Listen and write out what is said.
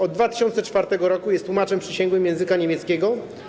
Od 2004 r. jest tłumaczem przysięgłym języka niemieckiego.